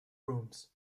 rooms